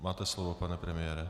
Máte slovo, pane premiére.